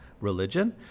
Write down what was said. Religion